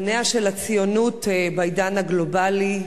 אתם פניה של הציונות בעידן הגלובלי,